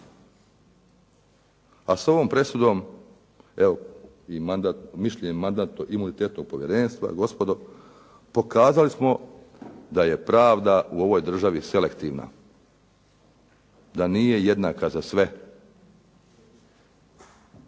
a s ovom presudom evo i mandat, mišljenje Mandatno-imunitetnog povjerenstva, gospodo, pokazali smo da je pravda u ovoj državi selektivna, da nije jednaka za sve.